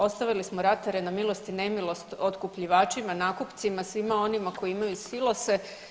Ostavili smo ratare na milost i nemilost otkupljivačima, nakupcima, svima onima koji imaju silose.